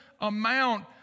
amount